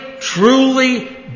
truly